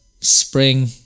Spring